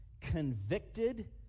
convicted